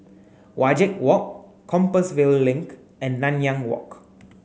Wajek Walk Compassvale Link and Nanyang Walk